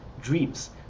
dreams